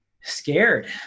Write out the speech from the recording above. scared